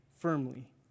Firmly